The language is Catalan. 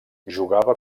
jugava